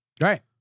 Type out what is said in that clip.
right